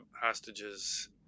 Hostages